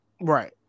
Right